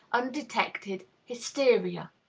undetected hysteria.